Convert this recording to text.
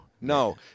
No